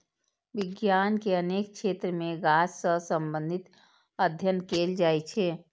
विज्ञान के अनेक क्षेत्र मे गाछ सं संबंधित अध्ययन कैल जाइ छै